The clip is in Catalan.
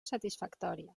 satisfactòria